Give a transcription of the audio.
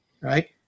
Right